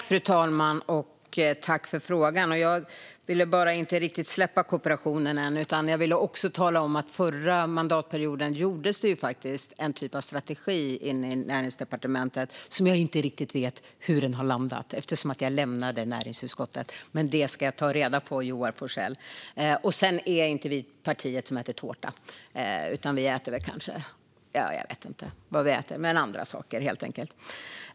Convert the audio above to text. Fru talman! Tack för frågan! Jag vill bara inte riktigt släppa kooperationen än, utan jag vill också tala om att det förra mandatperioden gjordes en typ av strategi i Näringsdepartementet. Jag vet inte riktigt hur den har landat eftersom jag lämnade näringsutskottet, men det ska jag ta reda på, Joar Forssell! Socialdemokraterna är inte partiet som äter tårta, utan vi äter kanske . ja, jag vet inte vad vi äter. Men andra saker, helt enkelt.